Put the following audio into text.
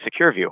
SecureView